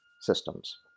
systems